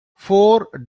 four